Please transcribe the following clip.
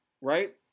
Right